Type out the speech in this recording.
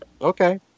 okay